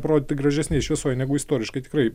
parodyti gražesnėj šviesoj negu istoriškai tikrai